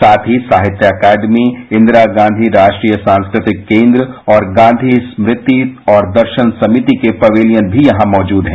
साथ ही साहित्य अकादमी इंदिरा गांधी राष्ट्रीय सांस्कृतिक केन्द्र और गांधी स्मृति और दर्शन समिति के पबेलियन भी यहां मौजूद हैं